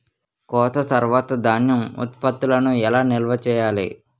కోత తర్వాత ధాన్యం ఉత్పత్తులను ఎలా నిల్వ చేయాలి?